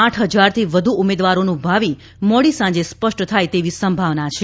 આઠ હજારથી વધુ ઉમેદવારોનું ભાવિ મોડી સાંજે સ્પષ્ટ થાય તેવી સંભાવના છે